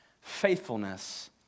faithfulness